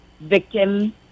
victim